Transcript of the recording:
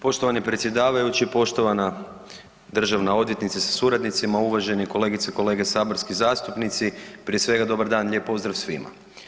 Poštovani predsjedavajući, poštovana državna odvjetnice sa suradnicima, uvažene kolegice i kolege saborski zastupnici prije svega dobar dan i lijep pozdrav svima.